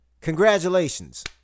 congratulations